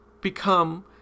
become